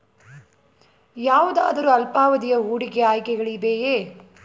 ಯಾವುದಾದರು ಅಲ್ಪಾವಧಿಯ ಹೂಡಿಕೆ ಆಯ್ಕೆಗಳಿವೆಯೇ?